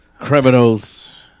criminals